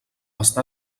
està